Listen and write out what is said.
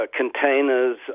containers